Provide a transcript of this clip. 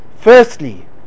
firstly